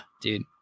dude